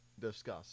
Discuss